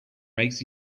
makes